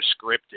scripted